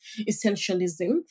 Essentialism